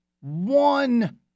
one